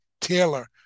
Taylor